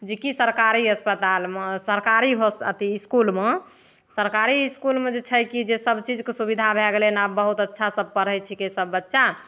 जेकि सरकारी अस्पतालमे सरकारी होस अथी इसकुलमे सरकारी इसकुलमे जे छै कि जे सबचीजके सुविधा भै गेलै हँ आब बहुत अच्छासे पढ़ै छिकै सभ बच्चा